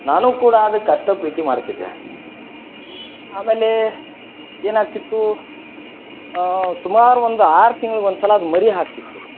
ನಾನು ಕೂಡ ಅದಕ್ಕೆ ಅಷ್ಟು ಪ್ರೀತಿ ಮಾಡ್ತಿದ್ದೆ ಆಮೇಲೆ ಏನಾಗ್ತಿತ್ತು ಸುಮಾರು ಒಂದು ಆರು ತಿಂಗ್ಳಿಗೆ ಒಂದ್ಸಲ ಅದು ಮರಿ ಹಾಕ್ತಿತ್ತು